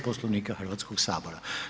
Poslovnika Hrvatskog sabora.